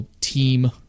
team